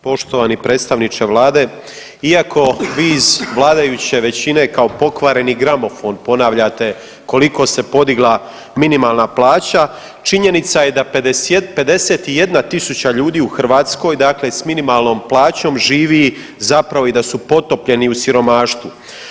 Poštovani predstavniče vlade iako vi iz vladajuće većine kao pokvareni gramofon ponavljate koliko se podigla minimalna plaća činjenica je da 51.000 ljudi u Hrvatskoj dakle s minimalnom plaćom živi zapravo i da su potopljeni u siromaštvu.